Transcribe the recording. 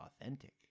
authentic